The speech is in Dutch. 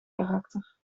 karakter